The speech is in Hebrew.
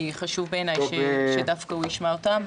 כי חשוב בעיניי שדווקא הוא ישמע אותם,